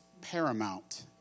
paramount